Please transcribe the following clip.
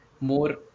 more